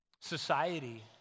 society